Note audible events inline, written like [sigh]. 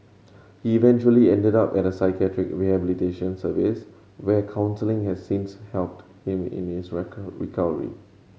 he eventually ended up at a psychiatric rehabilitation service where counselling has since helped him in his [unintelligible] recovery